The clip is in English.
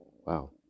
Wow